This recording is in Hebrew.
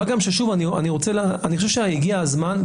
אני חושב שהגיע הזמן,